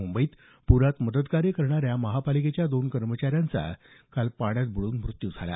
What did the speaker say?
मुंबईत पुरात मदत कार्य करणाऱ्या महापालिकेच्या दोन कर्मचाऱ्यांचा पाण्यात बुडून मृत्यू झाला